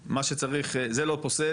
זה לא פוסל,